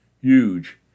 huge